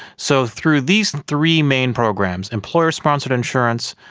so through these three main programs employer-sponsored insurance,